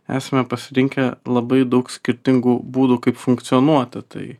esame pasirinkę labai daug skirtingų būdų kaip funkcionuoti tai